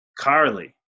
Carly